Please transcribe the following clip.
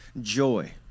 joy